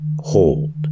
Hold